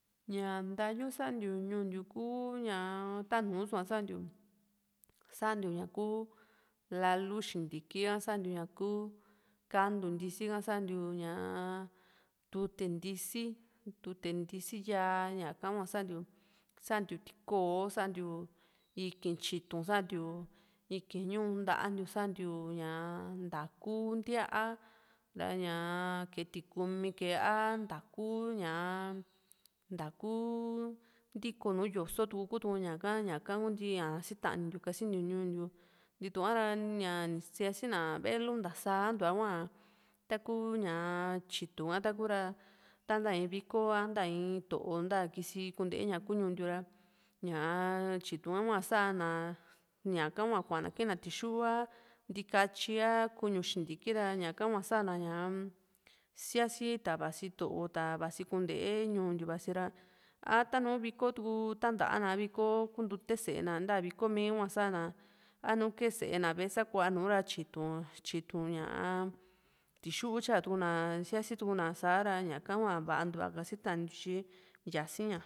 ña ntayu santiu ñuu ntiu kuu ña áa nuso´a santiu santiu ña ku lalu xintiki a santiu ña ku kantu ntisi ka santiu ñaa tute ntisi tute ntisi yaa ñaka hua santiu santiu tikoo santiu íkiin tyitún santiu íkiin ñúu nta´a santiu ntaa´ku ntíaa ra´ñaa kee tikumi kee a ntaa´ku ntaa´ku ntiko nùù yoso tu´ku kútu ñaka kuntii ña sitanintiu kasintiu ñuu ntiu ntiituña ´a ra ñani síasi na velu ntása ntua hua taku ñaa tyitún ku ra ta nta in vki a nta in tó´o nta kisi kúnte ña kuu ñuu ntiu ra ñaa tytún ha hua sa´na ñaka hua kua´na kiin na tixu a ntikatyi a kuñu xintiki ra ra ñaka hua sa´na síasi ta vasi tó´o ta vasi kúnte ñuu ntiu vasi ra a taanu viko tuku tantáa na a viko kuntute sée na a nta viko mi hua sa´na a´nu kee sée na ve´e sakua nuu ra tyitún ña´a tixu tyatukuna síasitukuna a ´ra ñaka hua va´a ntua ka sitanintiu tyi yasi ña